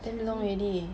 damn long already